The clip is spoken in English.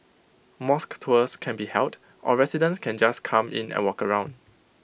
mosque tours can be held or residents can just come in and walk around